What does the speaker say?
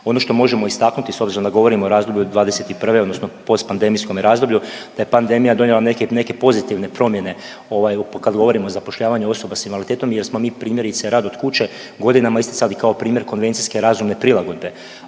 Ono što možemo istaknuti s obzirom da govorimo o razdoblju od '21., odnosno postpandemijskome razdoblju, da je pandemija donijela neke pozitivne promjene, ovaj, kad govorimo o zapošljavanju osoba s invaliditetom jer smo mi primjerice, rad od kuće godinama isticali kao primjer konvencijske razumne prilagodbe,